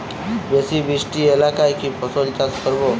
বেশি বৃষ্টি এলাকায় কি ফসল চাষ করব?